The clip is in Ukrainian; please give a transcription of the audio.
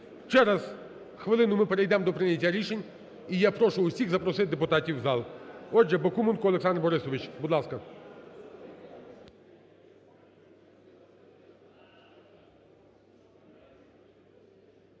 Ще раз, хвилину – і ми перейдемо до прийняття рішень. І я прошу усіх запросити депутатів в зал. Отже, Бакуменко Олександр Борисович, будь ласка.